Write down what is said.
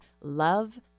love